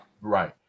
Right